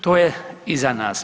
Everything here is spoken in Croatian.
To je iza nas.